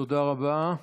תודה רבה.